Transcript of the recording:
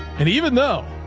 and even though